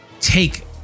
take